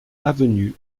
avenue